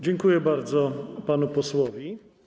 Dziękuję bardzo panu posłowi.